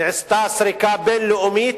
נעשתה סקירה בין-לאומית,